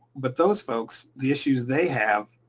but those folks, the issues they have